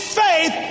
faith